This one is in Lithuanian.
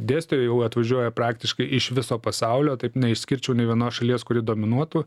dėstytojai jau atvažiuoja praktiškai iš viso pasaulio taip neišskirčiau nė vienos šalies kuri dominuotų